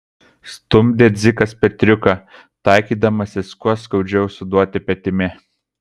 stumdė dzikas petriuką taikydamasis kuo skaudžiau suduoti petimi